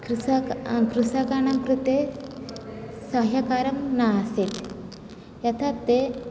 कृषक कृषकाणां कृते सह्यकरं न आसीत् यथा ते